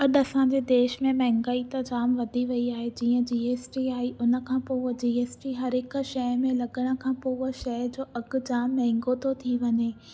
अजु असांजे देश में महांगाई त जाम वधी वेई आहे जीअं जीअं जी एस टी आई हुन खां पोइ उहा जी एस टी हरु हिकु शइ में उहा लगणु खां पोइ उहा शइ जो अॻि जाम महांगो थो थी वञे